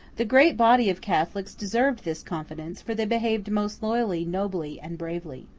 the great body of catholics deserved this confidence for they behaved most loyally, nobly, and bravely.